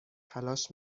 تلاش